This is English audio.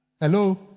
Hello